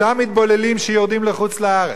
אותם מתבוללים שיורדים לחוץ-לארץ,